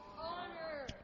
Honor